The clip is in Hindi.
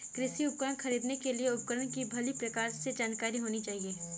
कृषि उपकरण खरीदने के लिए उपकरण की भली प्रकार से जानकारी होनी चाहिए